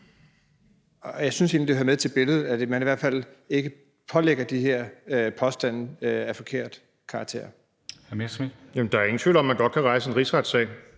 Jeg synes egentlig, at det hører med til billedet, at man i hvert fald ikke fremlægger de her påstande af forkert karakter. Kl. 14:44 Formanden (Henrik Dam